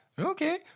okay